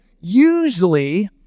Usually—